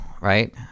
right